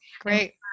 Great